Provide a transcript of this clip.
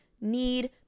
need